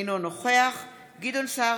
אינו נוכח גדעון סער,